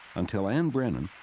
until ann brennan,